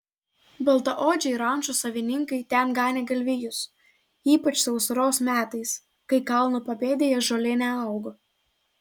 baltaodžiai rančų savininkai ten ganė galvijus ypač sausros metais kai kalno papėdėje žolė neaugo